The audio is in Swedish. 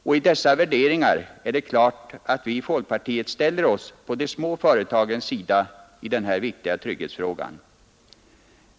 Och det är klart att vi i folkpartiet ställer oss på de små företagens sida i denna viktiga trygghetsfråga.